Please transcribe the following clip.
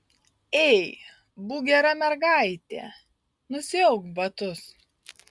ei būk gera mergaitė nusiauk batus